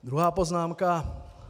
Druhá poznámka.